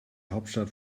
hauptstadt